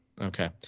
Okay